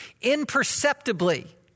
imperceptibly